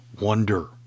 wonder